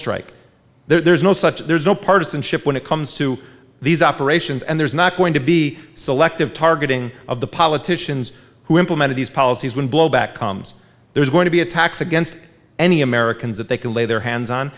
strike there's no such there's no partisanship when it comes to these operations and there's not going to be selective targeting of the politicians who implemented these policies when blowback comes there's going to be attacks against any americans that they can lay their hands on